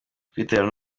kwitabirwa